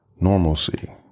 normalcy